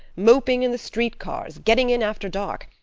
moping in the street-cars, getting in after dark.